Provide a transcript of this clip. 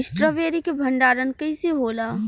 Strawberry के भंडारन कइसे होला?